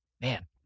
man